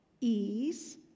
ease